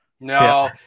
No